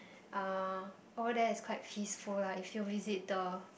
uh over there is quite peaceful lah if you visit the